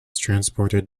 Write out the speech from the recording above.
transported